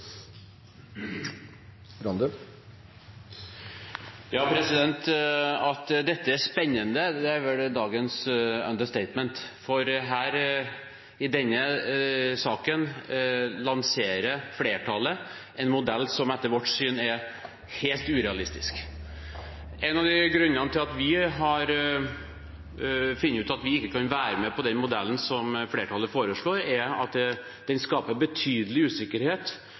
spennende, er vel dagens understatement, for i denne saken lanserer flertallet en modell som etter vårt syn er helt urealistisk. En av grunnene til at vi har funnet ut at vi ikke kan være med på den modellen som flertallet foreslår, er at den skaper betydelig usikkerhet